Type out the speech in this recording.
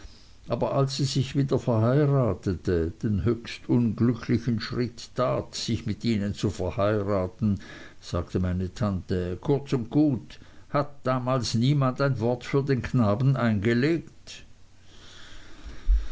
aber als sie sich wieder verheiratete den höchst unglücklichen schritt tat sich mit ihnen zu verheiraten sagte meine tante kurz und gut hat damals niemand ein wort für den knaben eingelegt